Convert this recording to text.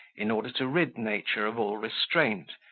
in order to rid nature of all restraint,